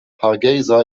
hargeysa